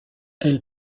elle